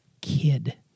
kid